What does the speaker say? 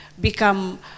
become